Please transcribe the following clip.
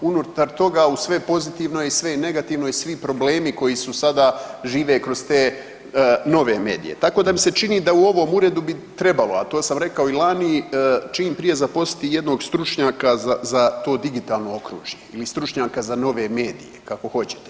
Unutar toga uz sve pozitivno i sve negativno i svi problemi koji sada žive kroz te nove medije, tako da mi se čini da u ovom uredu bi trebalo, a to sam rekao i lani čim prije zaposliti jednog stručnjaka za to digitalno okružje ili stručnjaka za nove medije kako hoćete.